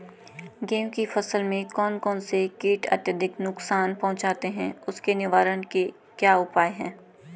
गेहूँ की फसल में कौन कौन से कीट अत्यधिक नुकसान पहुंचाते हैं उसके निवारण के क्या उपाय हैं?